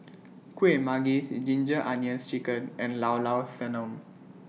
Kueh Manggis Ginger Onions Chicken and Llao Llao Sanum